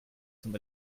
zum